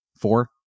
four